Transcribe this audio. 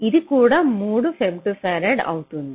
ఇది కూడా 3 ఫెమ్టోఫరాడ్ అవుతుంది